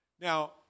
Now